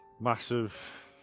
massive